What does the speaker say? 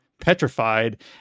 petrified